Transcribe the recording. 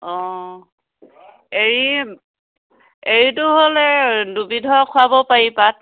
অ' এৰী এৰীটো হ'ল এই দুবিধৰ খোৱাব পাৰি পাত